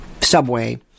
subway